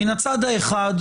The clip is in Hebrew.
מן הצד האחד,